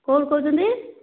କେଉଁଠୁ କହୁଛନ୍ତି